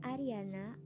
Ariana